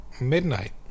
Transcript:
midnight